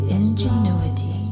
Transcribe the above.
ingenuity